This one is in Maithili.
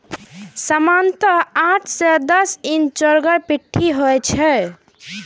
सामान्यतः आठ सं दस इंच चौड़गर पट्टी होइ छै